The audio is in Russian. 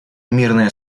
мирное